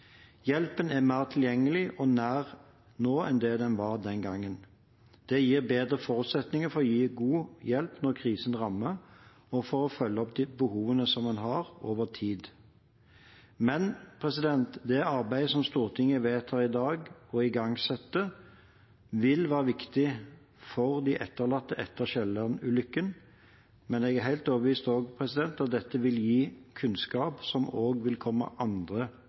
Hjelpen er mer tilgjengelig og nær nå enn det den var den gangen. Det gir bedre forutsetninger for å gi god hjelp når krisen rammer og for å følge opp de behovene en har over tid. Det arbeidet som Stortinget vedtar i dag å igangsette, vil være viktig for de etterlatte etter Kielland-ulykken, men jeg er også helt overbevist om at dette vil gi kunnskap som også vil komme andre